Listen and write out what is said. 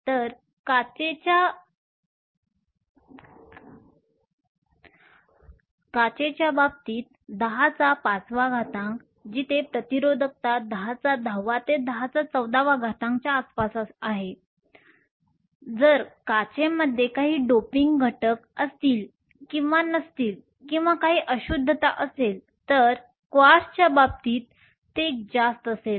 तर काचेच्या बाबतीत 105 जिथे प्रतिरोधकता 1010 ते 1014 च्या आसपास आहे जर काचेमध्ये काही डोपिंग घटक असतील किंवा नसतील किंवा काही अशुद्धता असेल तर क्वार्ट्जच्या बाबतीत ते जास्त असेल